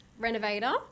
renovator